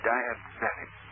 Diabetic